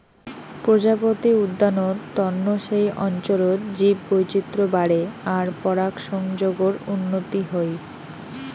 প্রজাপতি উদ্যানত তন্ন সেই অঞ্চলত জীববৈচিত্র বাড়ে আর পরাগসংযোগর উন্নতি হই